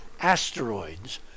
asteroids